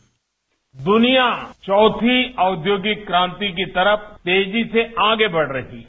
bite द्रनिया चौथी औद्योगिक क्रांति की तरफ तेजी से आगे बढ़ रही है